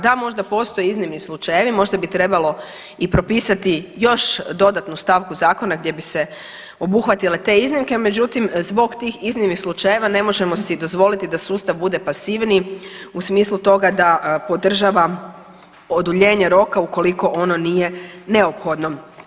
Da možda postoje iznimni slučajevi, možda bi trebalo i popisati još dodatnu stavku zakona gdje bi se obuhvatile te iznimke, međutim zbog tih iznimnih slučajeva ne možemo si dozvoliti da sustav bude pasivniji u smislu toga da podržava oduljenje roka ukoliko ono nije neophodno.